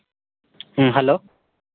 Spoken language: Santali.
ᱦᱮᱸ ᱦᱮᱞᱳ